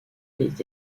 les